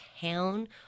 town